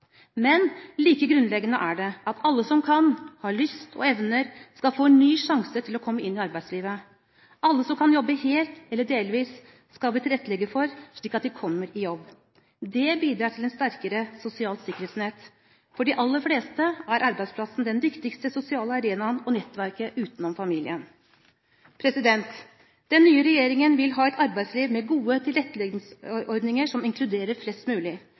Men like grunnleggende er det at alle som kan, har lyst og evner, skal få en ny sjanse til å komme inn i arbeidslivet. Alle som kan jobbe helt eller delvis, skal vi tilrettelegge for, slik at de kommer i jobb. Det bidrar til et sterkere sosialt sikkerhetsnett. For de aller fleste er arbeidsplassen den viktigste sosiale arenaen og nettverket utenom familien. Den nye regjeringen vil ha et arbeidsliv med gode tilretteleggingsordninger som inkluderer flest mulig.